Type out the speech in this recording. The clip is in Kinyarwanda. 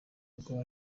umwaka